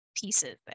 pieces